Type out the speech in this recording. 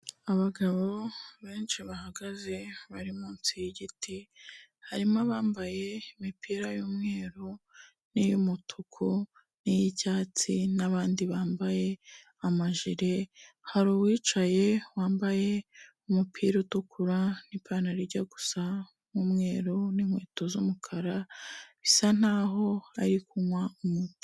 Abagabo benshi bahagaze, bari munsi y'igiti, harimo abambaye imipira y'umweru n'iy'umutuku n'iy'icyatsi n'abandi bambaye amajire, hari uwicaye, wambaye umupira utukura n'ipantaro ijya gusa n'umweru n'inkweto z'umukara, bisa nk'aho ari kunywa umuti.